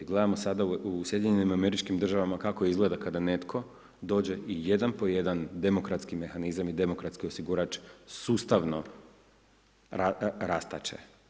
Gledamo sad u SAD-u kako izgleda kada netko dođe i jedan po jedan, demokratski mehanizam i demokratski osigurač sustavno rastače.